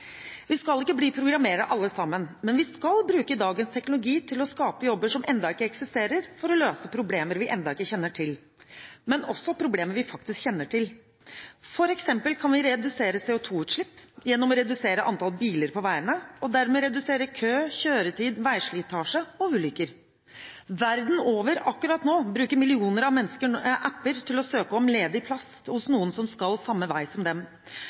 Vi skal ikke bli programmerere alle sammen, men vi skal bruke dagens teknologi til å skape jobber som ennå ikke eksisterer, for å løse problemer vi ennå ikke kjenner til, men også problemer vi faktisk kjenner til. For eksempel kan vi redusere CO2-utslipp gjennom å redusere antall biler på veiene, og dermed redusere kø, kjøretid, veislitasje og ulykker. Verden over akkurat nå bruker millioner av mennesker app-er til å søke etter ledig plass hos noen som skal samme vei som dem.